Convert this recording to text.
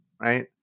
right